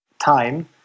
time